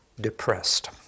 depressed